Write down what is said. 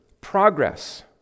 progress